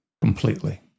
Completely